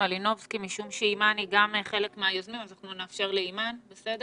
ח"כ אימאן, אחת מהיוזמים, בבקשה.